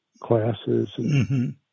classes